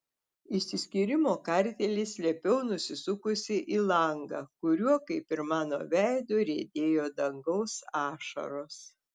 išsiskyrimo kartėlį slėpiau nusisukusi į langą kuriuo kaip ir mano veidu riedėjo dangaus ašaros